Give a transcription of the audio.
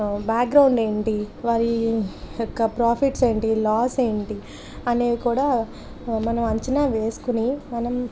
background ఏంటి వారి యొక్క ప్రాఫిట్స్ ఏంటి లాస్ ఏంటి అనేవి కూడా మనం అంచనా వేసుకుని మనం